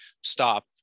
stop